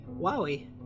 Wowie